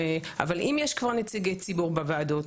אבל אם יש כבר נציגי ציבור בוועדות,